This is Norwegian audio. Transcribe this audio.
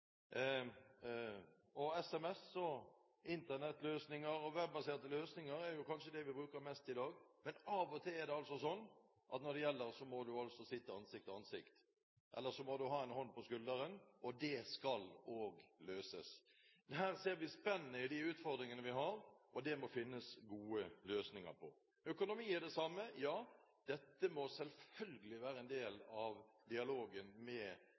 dag, men av og til er det slik at når det gjelder, så må du sitte ansikt til ansikt med en eller kjenne en hånd på skulderen. Dette skal òg løses. Her ser vi spennene i de utfordringene vi har, og vi må finne gode løsninger. Det samme er det med økonomi. Ja, dette må selvfølgelig være en del av dialogen med